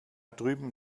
drüben